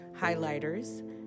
highlighters